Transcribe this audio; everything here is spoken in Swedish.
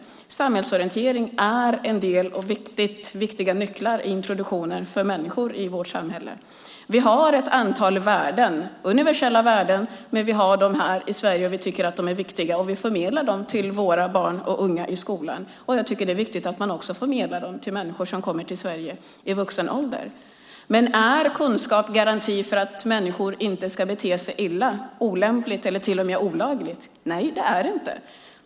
Samhällsorientering är en del av och en viktig nyckel till introduktionen för människor i vårt samhälle. Vi har ett antal universella värden här i Sverige som vi tycker är viktiga och som vi förmedlar till våra barn och unga i skolan. Jag tycker att det är viktigt att man också förmedlar dem till människor som kommer till Sverige i vuxen ålder. Är kunskap en garanti för att människor inte ska bete sig illa, olämpligt eller till och med olagligt? Nej, det är det inte.